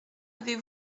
avez